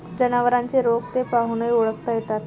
जनावरांचे रोग ते पाहूनही ओळखता येतात